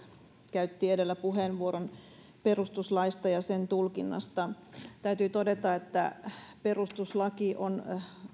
käytti edellä puheenvuoron perustuslaista ja sen tulkinnasta täytyy todeta että perustuslaki on